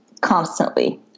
constantly